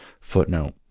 footnote